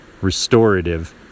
restorative